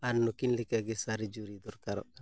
ᱟᱨ ᱱᱩᱠᱤᱱ ᱞᱮᱠᱟᱜᱮ ᱥᱟᱨᱤ ᱡᱩᱨᱤ ᱫᱚᱨᱠᱟᱨᱚᱜ ᱠᱟᱱᱟ